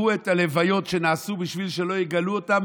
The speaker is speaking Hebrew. לקחו את הלוויות שנעשו בשביל שלא יגלו אותם,